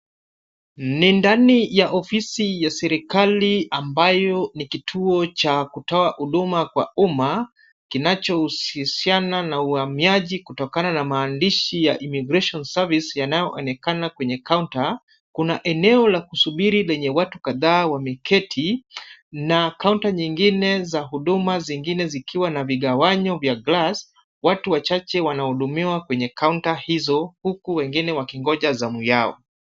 Ni ndani ya ofisi ya serikali ambayo ni kituo cha kutoa huduma kwa umma kinachohusiana na uhamiaji kutokana na maandishi ya "Immigration Service" yanayoonekana kwenye kaunta. Kuna eneo la kusubiri lenye watu kadhaa wameketi na kaunta nyingine za huduma zingine zikiwa na vigawanyo vya glass . Watu wachache wanahudumiwa kwenye kaunta hizo huku wengine wakingoja zamu yao.